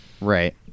Right